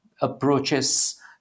approaches